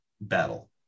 battle